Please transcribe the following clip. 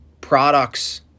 products